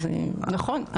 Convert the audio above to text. זה נכון,